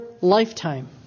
lifetime